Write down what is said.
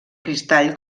cristall